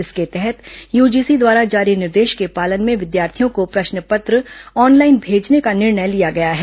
इसके तहत यूजीसी द्वारा जारी निर्देश के पालन में विद्यार्थियों को प्रश्न पत्र ऑनलाइन भेजने का निर्णय लिया गया है